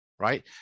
right